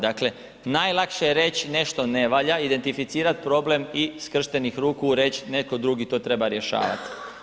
Dakle, najlakše je reći nešto ne valja, identificirat problem i skršenih ruku reći netko drugi to treba rješavat.